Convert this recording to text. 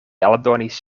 aldonis